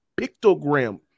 pictogram